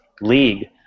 league